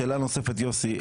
שאלה נוספת, יוסי.